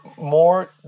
more